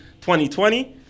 2020